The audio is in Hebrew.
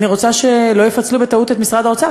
אני רוצה שלא יפצלו בטעות את משרד האוצר.